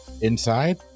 inside